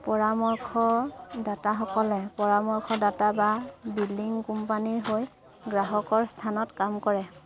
পৰামৰ্শদাতাসকলে পৰামৰ্শদাতা বা বিলিং কোম্পানীৰ হৈ গ্ৰাহকৰ স্থানত কাম কৰে